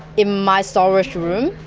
in my storage room.